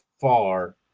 far